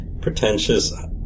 pretentious